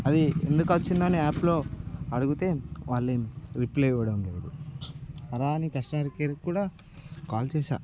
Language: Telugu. అది ఎందుకు వచ్చిందని యాప్లో అడిగితే వాళ్ళేం రిప్లై ఇవ్వడం లేదు అలా అని కస్టమర్ కేర్కి కూడా కాల్ చేసా